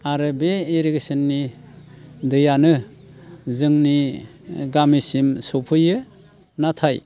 आरो बे इरिगेसननि दैआनो जोंनि गामिसिम सफैयो नाथाय